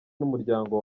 n’umuryango